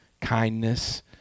kindness